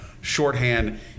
Shorthand